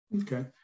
Okay